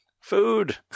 food